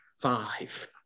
five